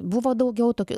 buvo daugiau tokių